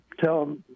tell